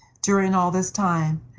during all this time,